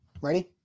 ready